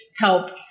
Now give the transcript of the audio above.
help